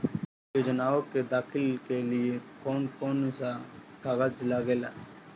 योजनाओ के दाखिले के लिए कौउन कौउन सा कागज लगेला?